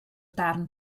darn